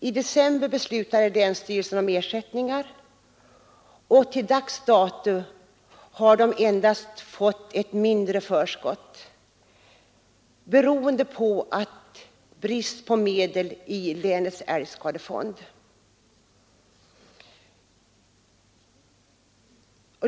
I december beslutade länsstyrelsen om ersättningar, och till dags dato har de sökande endast fått ett mindre förskott, beroende på brist på medel i länets älgskadefond.